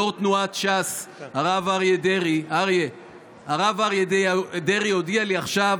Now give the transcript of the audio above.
יו"ר תנועת ש"ס הרב אריה דרעי הודיע לי עכשיו